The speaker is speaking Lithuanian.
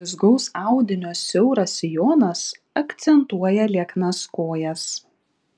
blizgaus audinio siauras sijonas akcentuoja lieknas kojas